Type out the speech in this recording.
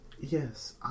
yes